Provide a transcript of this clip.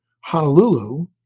Honolulu